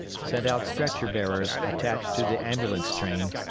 sent out stretcher-bearers attached to the ambulance train,